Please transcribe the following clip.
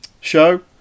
show